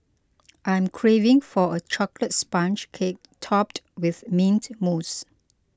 I am craving for a Chocolate Sponge Cake Topped with Mint Mousse